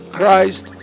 Christ